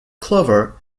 clover